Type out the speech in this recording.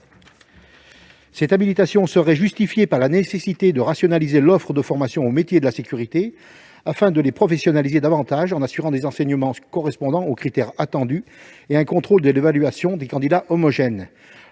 Cette habilitation serait justifiée par la nécessité de rationaliser l'offre de formation aux métiers de la sécurité, afin de les professionnaliser davantage, en assurant des enseignements correspondant aux critères attendus et un contrôle homogène de l'évaluation des candidats.